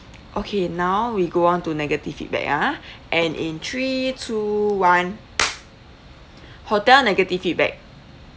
okay now we go on to negative feedback ah and in three two one hotel negative feedback